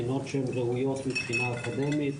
בחינות שהן ראויות מבחינה אקדמית,